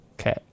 Okay